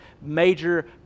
major